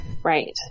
Right